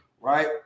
right